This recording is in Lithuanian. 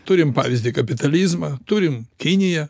turim pavyzdį kapitalizmą turim kiniją